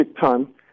time